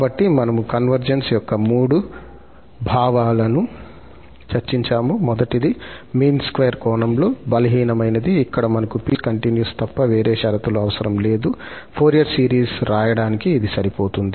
కాబట్టి మనము కన్వర్జెన్స్ యొక్క మూడు భావాలను చర్చించాము మొదటిది మీన్ స్క్వేర్ కోణంలో బలహీనమైనది ఇక్కడ మనకు పీస్ వైస్ కంటిన్యూస్ తప్ప వేరే షరతులు అవసరం లేదు ఫోరియర్ సిరీస్ రాయడానికి ఇది సరిపోతుంది